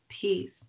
peace